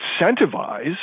incentivize